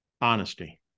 honesty